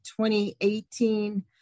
2018